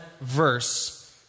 verse